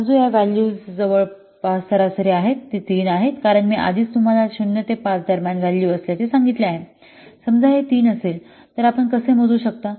समजू या व्हॅल्यूज जवळपास सरासरी आहेत ती 3 आहे कारण मी आधीच तुम्हाला 0 ते 5 दरम्यान व्हॅल्यू असल्याचे सांगितले आहे समजा हे 3 असेल तर आपण कसे मोजू शकता